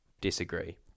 Disagree